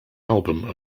album